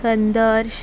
संदर्श